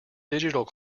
digital